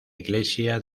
iglesia